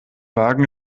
wagen